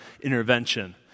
intervention